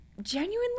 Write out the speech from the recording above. Genuinely